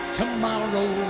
tomorrow